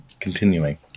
continuing